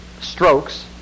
strokes